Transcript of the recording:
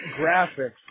graphics